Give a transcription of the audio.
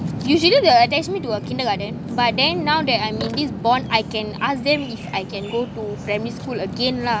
usually they will attach me to a kindergarten but then now that I'm in this bond I can ask them if I can go to primary school again lah